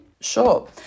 Sure